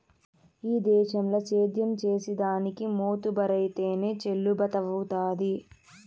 ఈ దేశంల సేద్యం చేసిదానికి మోతుబరైతేనె చెల్లుబతవ్వుతాది